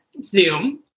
Zoom